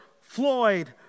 Floyd